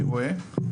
אני רואה,